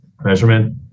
measurement